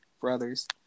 brothers –